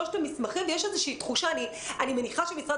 יש פה איזו שהיא בעיה שצריך גם עליה לתת את הדעת.